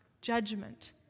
judgment